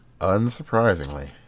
Unsurprisingly